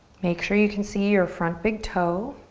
make sure you can see your front big toe.